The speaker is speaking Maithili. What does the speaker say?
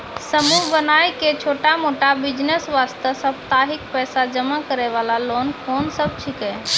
समूह बनाय के छोटा मोटा बिज़नेस वास्ते साप्ताहिक पैसा जमा करे वाला लोन कोंन सब छीके?